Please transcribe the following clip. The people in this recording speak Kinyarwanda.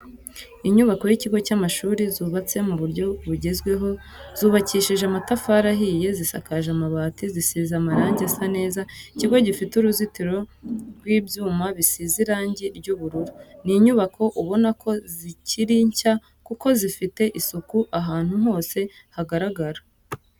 Inyubako y'ikigo cy'amashuri zubatse mu buryo bugezweho zubakishije amatafari ahiye zisakaje amabati zisize amarange asa neza, ikigo gifite uruzitiro rw'ibyuma bisize irangi ry'ubururu. Ni inyubako ubona ko zikiri nshya kuko zifite isuku ahantu hose hagaragara.